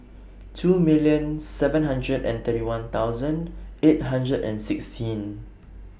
two million seven hundred and thirty one thousand eight hundred and sixteen